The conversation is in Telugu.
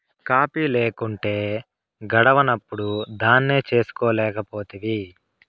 కాఫీ లేకుంటే గడవనప్పుడు దాన్నే చేసుకోలేకపోతివి